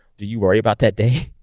do you worry about that day?